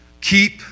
keep